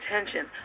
attention